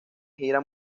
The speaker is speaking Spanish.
gira